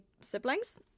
siblings